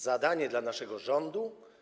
zadanie dla naszego rządu.